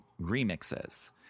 remixes